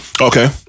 Okay